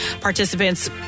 Participants